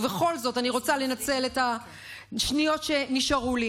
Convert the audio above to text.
ובכל זאת אני רוצה לנצל את השניות שנשארו לי